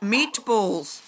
Meatballs